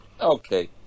okay